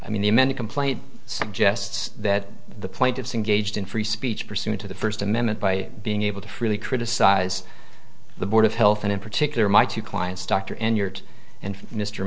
i mean the amended complaint suggests that the plaintiffs in gauged in free speech pursuant to the first amendment by being able to freely criticize the board of health and in particular my two clients dr end